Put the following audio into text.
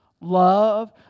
love